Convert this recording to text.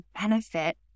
benefit